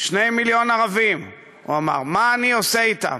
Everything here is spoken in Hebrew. שני מיליון ערבים, הוא אמר, מה אני עושה אתם?